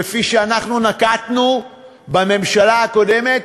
כפי שאנחנו נקטנו בממשלה הקודמת,